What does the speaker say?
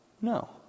No